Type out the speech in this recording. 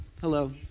hello